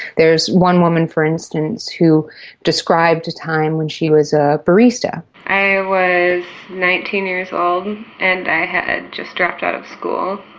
there's one woman, for instance, who described a time when she was a barista woman i was nineteen years old and i had just dropped out of school,